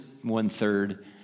one-third